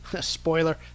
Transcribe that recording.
spoiler